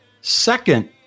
second